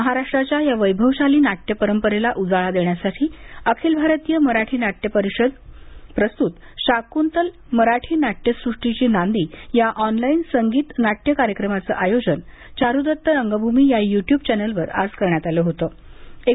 महाराष्ट्रच्या या वैभवशाली नाट्य परंपरेला उजाळा देण्यासाठी अखिल भारतीय मराठी नाटय परिषद प्रस्तूत शाकृंतल मराठी नाट्यसुष्टीची नांदी या ऑनलाइन संगीत नाट्य कार्यक्रमाचे आयोजन चारुदत्त रंगभूमी या युट्यूब चॅनेलवर आज करण्यात आले होतं